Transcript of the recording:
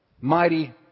mighty